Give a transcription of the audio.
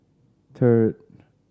third